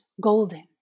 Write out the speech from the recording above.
golden